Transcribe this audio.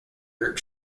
group